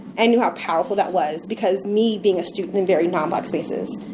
and knew how powerful that was because me being a student in very non-black spaces,